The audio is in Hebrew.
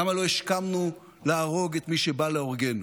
למה לא השכמנו להרוג את מי שבא להורגנו.